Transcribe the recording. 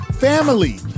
Family